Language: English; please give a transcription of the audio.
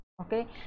okay